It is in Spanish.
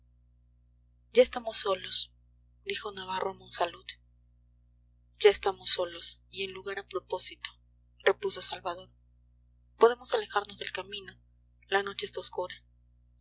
ya estamos solos dijo navarro a monsalud ya estamos solos y en lugar a propósito repuso salvador podemos alejarnos del camino la noche está oscura